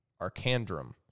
arcandrum